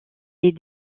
est